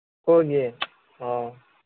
ꯁꯨꯒꯤ ꯑꯣ